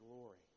glory